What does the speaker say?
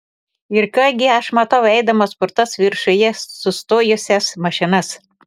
ir ką gi aš matau eidamas pro tas viršuje sustojusias mašinas